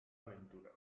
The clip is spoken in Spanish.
aventura